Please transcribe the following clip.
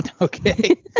Okay